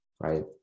right